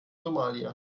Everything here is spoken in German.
somalia